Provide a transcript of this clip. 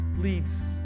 leads